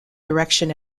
direction